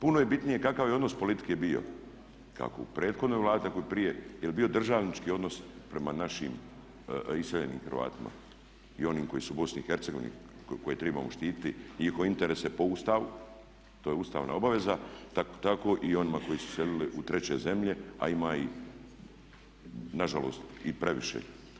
Puno je bitnije kakav je odnos politike bio, kako u prethodnoj Vladi tako i prije jer je bio državnički odnos prema našim iseljenim Hrvatima i onim koji su u Bosni i Hercegovini koje trebamo štiti, njihove interese po Ustavu, to je ustavna obaveza, tako i onima koji su iselili u treće zemlje a ima ih nažalost i previše.